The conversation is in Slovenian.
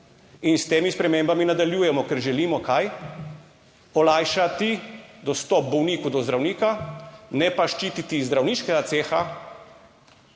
In s temi spremembami nadaljujemo, ker želimo, kaj, olajšati dostop bolniku do zdravnika, ne pa ščititi zdravniškega ceha,